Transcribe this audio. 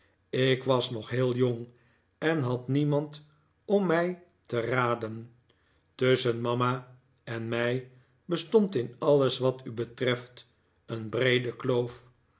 ik was nog heel jong en had niemand om mij te raden tusschen mama en mij bestond in alles wat u betreft een breede kloof